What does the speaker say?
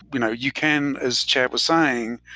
you know you can, as chad was saying,